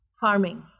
farming